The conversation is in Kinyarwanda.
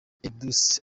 edouce